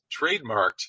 trademarked